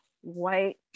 white